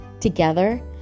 together